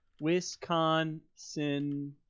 Wisconsin